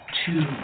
two